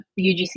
ugc